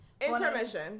Intermission